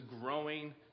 growing